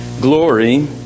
glory